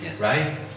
right